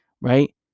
right